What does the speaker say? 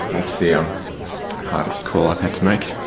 that's the ah hardest calls i've had to make.